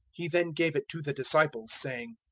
he then gave it to the disciples, saying,